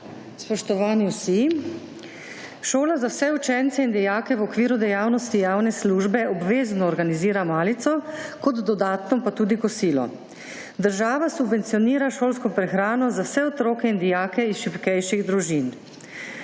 Spoštovani vsi! Šola za vse učence in dijake v okviru dejavnosti javne službe obvezno organizira kot dodatno pa tudi kosilo. Država subvencionira šolsko prehrano za vse otroke in dijake iz šibkejših družin.